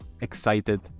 excited